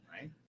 right